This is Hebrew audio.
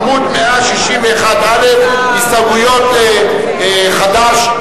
עמוד 161א', הסתייגויות חד"ש.